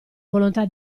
volontà